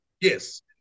Yes